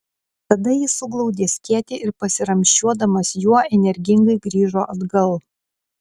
tada jis suglaudė skėtį ir pasiramsčiuodamas juo energingai grįžo atgal